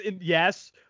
Yes